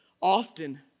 often